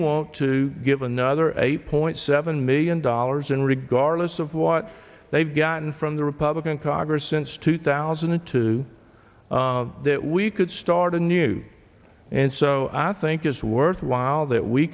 want to give another eight point seven million dollars and regardless of what they've gotten from the republican congress since two thousand and two that we could start a new and so i think it's worthwhile that we